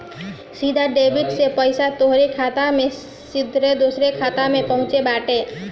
सीधा डेबिट से पईसा तोहरी खाता से सीधा दूसरा के खाता में पहुँचत बाटे